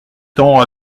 temps